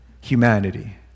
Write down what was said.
humanity